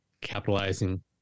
capitalizing